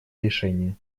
решения